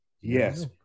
Yes